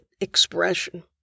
expression